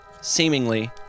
seemingly